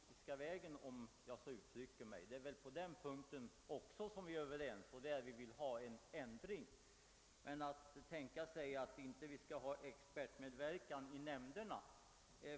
Vi är väl också överens om att det härvidlag krävs en ändring. Däremot är det litet svårt att tänka sig att vi inte skall ha expertmedverkan i nämnderna.